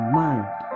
mind